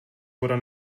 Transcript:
voda